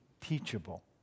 teachable